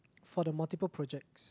for the multiple projects